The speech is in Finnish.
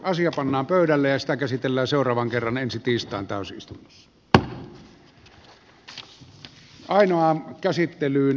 asia pannaan pöydälle ja sitä käsitellään seuraavan kerran ensi tiistain täysistunnossa